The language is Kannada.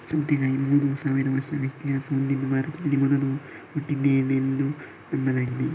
ಸೌತೆಕಾಯಿ ಮೂರು ಸಾವಿರ ವರ್ಷಗಳ ಇತಿಹಾಸ ಹೊಂದಿದ್ದು ಭಾರತದಲ್ಲಿ ಮೊದಲು ಹುಟ್ಟಿದ್ದೆಂದು ನಂಬಲಾಗಿದೆ